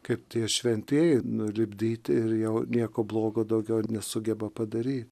kaip tie šventieji nulipdyti ir jau nieko blogo daugiau nesugeba padaryt